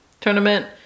tournament